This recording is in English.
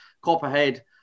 Copperhead